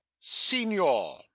Signor